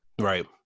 right